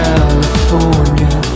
California